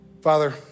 father